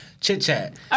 chit-chat